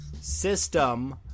system